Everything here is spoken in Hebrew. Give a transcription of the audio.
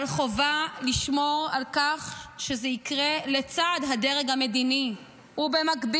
אבל חובה לשמור על כך שזה יקרה לצד הדרג המדיני ובמקביל.